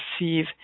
receive